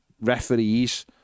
referees